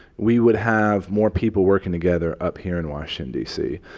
we would have more people working together up here in washington, d c.